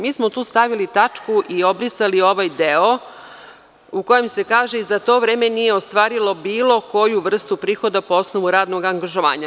Mi smo tu stavili tačku i obrisali ovaj deo u kojem se kaže – i za to vreme nije ostvarilo bilo koju vrstu prihoda po osnovu radnog angažovanja.